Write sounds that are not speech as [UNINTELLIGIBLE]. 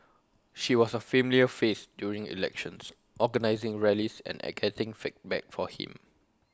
she was A familiar face during elections organising rallies and [UNINTELLIGIBLE] getting feedback for him